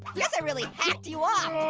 oh, guess i really hacked you off.